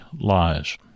lies